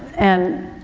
and,